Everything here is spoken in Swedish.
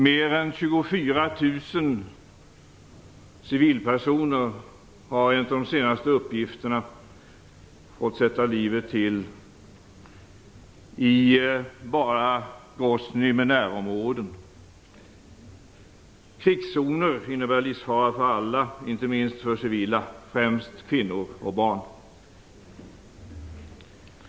Mer än 24 000 civilpersoner har enligt de senaste uppgifterna fått sätta livet till bara i Groznyj med närområden. Krigszoner innebär livsfara för alla, inte minst för civila, främst kvinnor och barn.